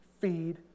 Feed